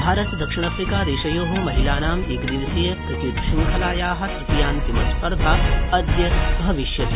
भारत दक्षिणाफ्रिकादेशयोः महिलानाम् एकदिवसीयक्रिकेट शृङ्खलायाः तृतीयान्तिमस्पर्धा अद्य क्रीडिष्यते